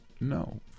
No